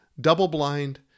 double-blind